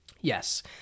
Yes